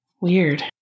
Weird